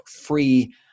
free